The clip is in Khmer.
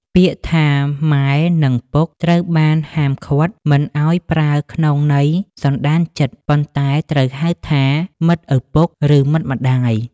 ពាក្យថា «ម៉ែ» និង «ពុក» ត្រូវបានហាមឃាត់មិនឱ្យប្រើក្នុងន័យសន្តានចិត្ត ប៉ុន្តែត្រូវហៅថា «មិត្តឪពុក» ឬ «មិត្តម្ដាយ»។